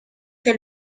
que